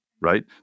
right